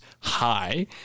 high